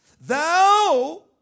thou